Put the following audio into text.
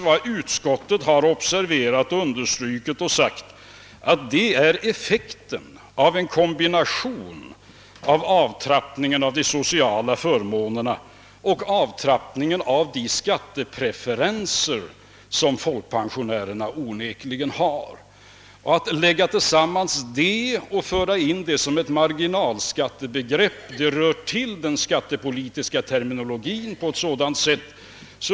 vad utskottet har observerat och understrukit då det talar om effekten av en kombination av de sociala förmånernas avtrappning och en avtrappning av de skattepreferenser som folkpensionärerna onekligen har. Lägger man tillsammans dessa saker och för in dem som ett marginalskattebegrepp, rör man till den skattepolitiska terminologien.